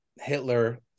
Hitler